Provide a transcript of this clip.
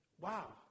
Wow